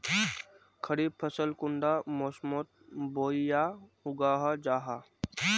खरीफ फसल कुंडा मोसमोत बोई या उगाहा जाहा?